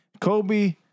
Kobe